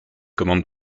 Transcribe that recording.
commandes